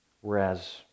Whereas